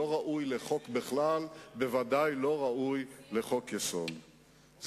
בעניין העקרוני המהותי של חקיקה בכלל וחוקי-יסוד בפרט,